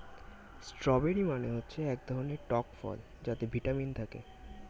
strawberry মানে হচ্ছে এক ধরনের টক ফল যাতে ভিটামিন থাকে